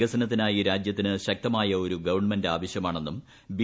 വികസനത്തിനായി രാജ്യത്തിന് ശക്തമായ ഒരു ഗവൺമെന്റ് ആവശ്യമാണെന്നും ബി